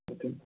okay